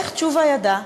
איך תשובה ידע?